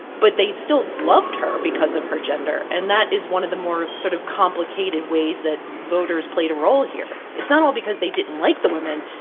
but they still loved her because of her gender. and that is one of the more sort of complicated ways that voters played a role here. it's not all because they didn't like the women.